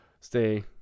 stay